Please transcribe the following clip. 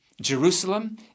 Jerusalem